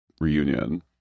reunion